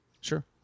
Sure